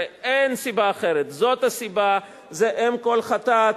הרי אין סיבה אחרת, זאת הסיבה, זה אם כל חטאת,